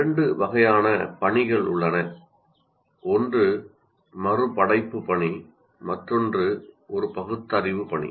இரண்டு வகையான பணிகள் உள்ளன ஒன்று மறு படைப்பு பணி மற்றொன்று ஒரு பகுத்தறிவு பணி